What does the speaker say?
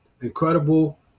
incredible